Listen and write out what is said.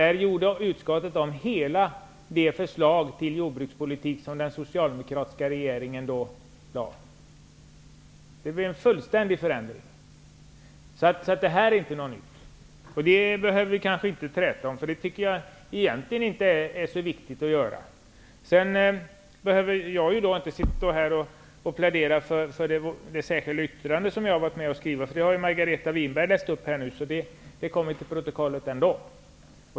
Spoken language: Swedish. Då gjorde utskottet om hela det förslag till jordbrukspolitik som den socialdemokratiska regeringen lade fram. Det blev en fullständig förändring. Detta är inte något nytt. Det behöver vi kanske inte träta om. Det är egentligen inte så viktigt. Sedan behöver jag inte stå här och plädera för det särskilda yttrande som jag varit med om att skriva. Det läste ju Margareta Winberg upp här, så det kommer till protokollet ändå.